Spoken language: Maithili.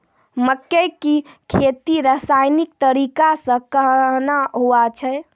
मक्के की खेती रसायनिक तरीका से कहना हुआ छ?